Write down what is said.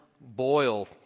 boil